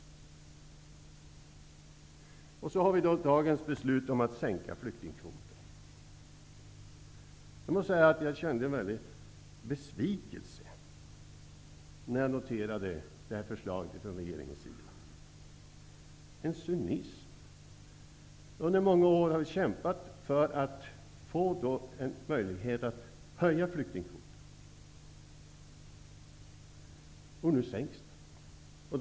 Så till dagens beslut om att sänka flyktingkvoten. Jag måste säga att jag kände en stor besvikelse när jag noterade förslaget från regeringen. Vi har under många år kämpat för att höja flyktingkvoten. Nu sänks den.